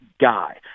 guy